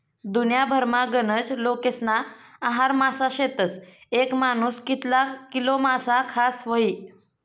दुन्याभरमा गनज लोकेस्ना आहार मासा शेतस, येक मानूस कितला किलो मासा खास व्हयी?